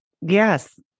yes